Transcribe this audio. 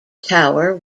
tower